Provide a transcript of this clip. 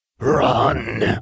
Run